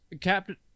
Captain